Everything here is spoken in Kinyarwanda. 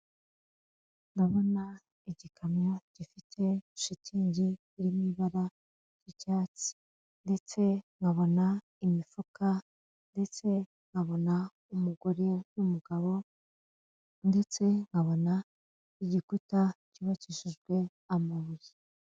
Ndabona igikamyo gifite shitingi iri mu ibara ry'icyatsi ndetse nkabona imifuka ndetse nkabona umugore n'umugabo ndetse nkabona igikuta cyubakishijwe amabuye.